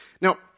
Now